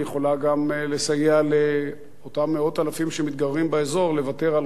והיא יכולה גם לסייע לאותם מאות אלפים שמתגוררים באזור לוותר על